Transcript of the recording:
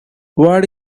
what